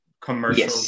commercial